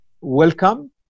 welcome